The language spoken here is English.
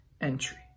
entry